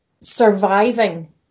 surviving